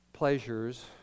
pleasures